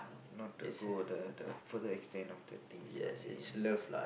not the good the the further extend of the things lah ways